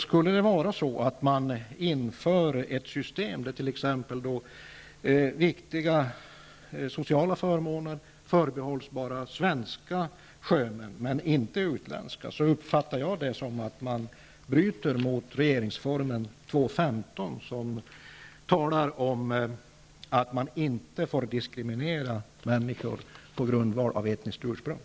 Skulle ett system införas där t.ex. viktiga sociala förmåner förbehålls bara svenska sjömän men inte utländska, uppfattar jag det som ett brott mot regeringsformen 2 kap. 15 § om att människor inte får diskrimineras på grund av deras etniska ursprung.